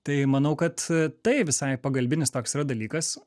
tai manau kad tai visai pagalbinis toks yra dalykas